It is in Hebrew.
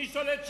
מי שולט שם?